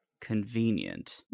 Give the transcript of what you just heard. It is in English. convenient